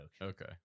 Okay